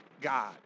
God